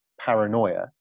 paranoia